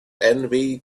envy